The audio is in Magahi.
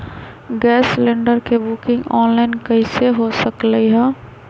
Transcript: गैस सिलेंडर के बुकिंग ऑनलाइन कईसे हो सकलई ह?